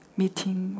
meeting